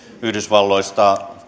yhdysvalloissa